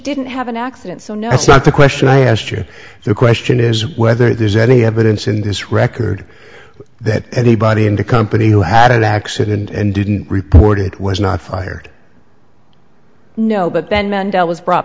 didn't have an accident so no it's not the question i asked you the question is whether there's any evidence in this record that anybody in the company who had an accident and didn't report it was not fired no but then mandela was brought